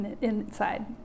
inside